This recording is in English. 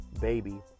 baby